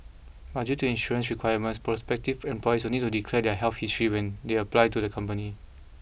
but due to insurance requirements prospective employees will need to declare their health history when they apply to the company